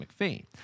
McPhee